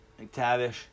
McTavish